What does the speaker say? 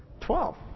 Twelve